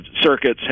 circuits